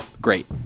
great